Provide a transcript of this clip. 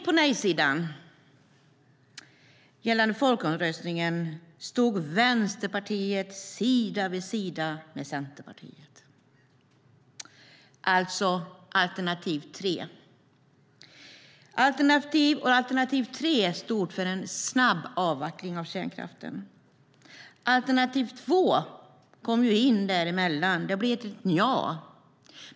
På nej-sidan i folkomröstningen stod Vänsterpartiet sida vid sida med Centerpartiet. Det var alltså alternativ tre. Alternativ tre stod för en snabb avveckling av kärnkraften. Alternativ två kom in däremellan - det blev ett nja.